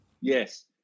Yes